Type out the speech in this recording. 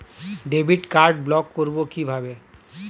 Debit card block করব কিভাবে?